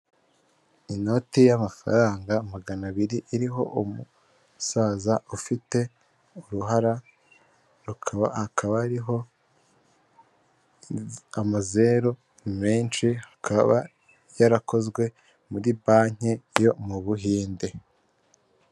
Inoti y'amafaranga magana abiri iriho umusaza ufite uruharaba akaba hariho amazeru menshi akaba yarakozwe muri banki yo mu buhinde.